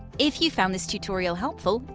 if you found this tutorial helpful,